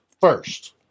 first